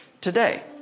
today